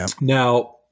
Now